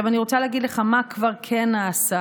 אני רוצה להגיד לך מה כבר כן נעשה.